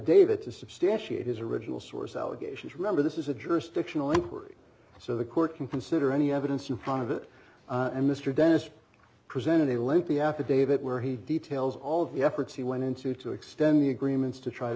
affidavit to substantiate his original source allegations remember this is a jurisdictional inquiry so the court can consider any evidence in front of it and mr dennis presented a lengthy affidavit where he details all of the efforts he went into to extend the agreements to try to